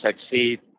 succeed